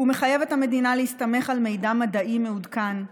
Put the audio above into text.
הוא מחייב את המדינה להסתמך על מידע מדעי מעודכן,